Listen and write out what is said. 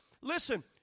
Listen